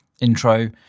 intro